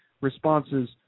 responses